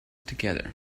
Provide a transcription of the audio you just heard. together